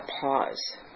pause